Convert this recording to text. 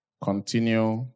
continue